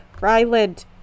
Ryland